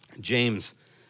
James